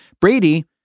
Brady